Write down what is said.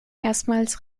erstmals